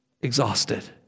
exhausted